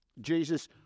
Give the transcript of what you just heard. Jesus